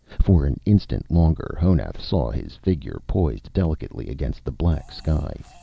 for an instant longer honath saw his figure, poised delicately against the black sky.